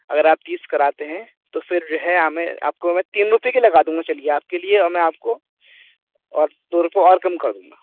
اگر آپ تیس کراتے ہیں تو پھر جو ہے ہمیں آپ کو میں تین روپئے کی لگا دوں گا چلیے آپ کے لیے اور میں آپ کو اور دو روپئے اور کم کر دوں گا